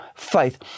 faith